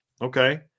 Okay